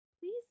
Please